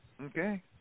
okay